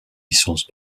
licence